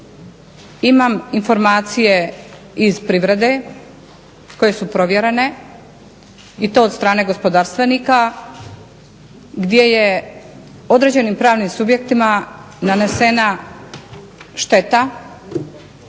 imam informacije iz privrede koje su provjerene i to od strane gospodarstvenika gdje je određenim pravnim subjektima nanesena šteta